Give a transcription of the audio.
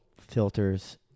filters